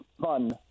fun